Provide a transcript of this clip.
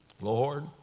Lord